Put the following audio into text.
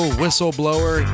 whistleblower